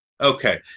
Okay